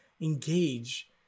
engage